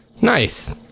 Nice